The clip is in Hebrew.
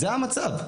זה המצב.